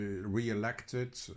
re-elected